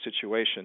situation